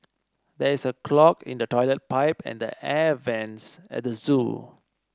there is a clog in the toilet pipe and the air vents at the zoo